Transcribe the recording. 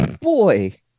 Boy